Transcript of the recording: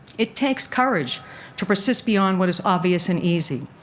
it takes courage to persist beyond what is obvious and easy.